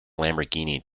lamborghini